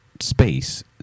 space